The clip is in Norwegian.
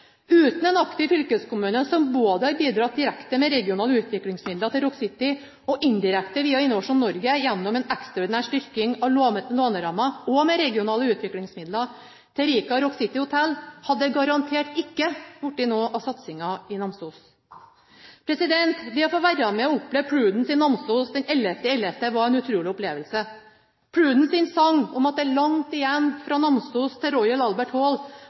Uten en aktiv fylkeskommune som både har bidratt direkte med regionale utviklingsmidler til Rock City, og indirekte via Innovasjon Norge gjennom en ekstraordinær styrking av lånerammen og med regionale utviklingsmidler til Rica Rock City Hotel, hadde det garantert ikke blitt noe av satsinga i Namsos. Det å få være med å oppleve Prudence i Namsos den 11.11 var en utrolig opplevelse. Prudence sin sang om at det er langt igjen fra Namsos til